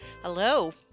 Hello